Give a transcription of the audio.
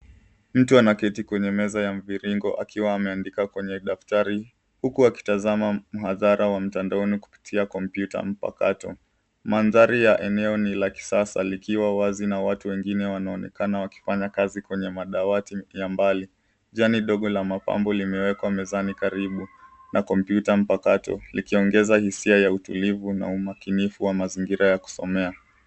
Mtu anaketi kwenye meza ya mviringo akiwa ameandika kwenye daftari huku akitazama mhadhara wa mtandaoni katika kompyuta mpakato. Mandhari ya eneo ni la kisasa likiwa wazi na watu wengine wanaonekana wakifanya kazi kwenye madawati ya mbali. Jani ndogo la mapambo limewekwa mezani karibu na kompyuta mpakato likiongeza hisia ya utulivu na umakinifu wa mazingira ya kusomea.